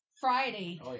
Friday